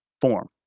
form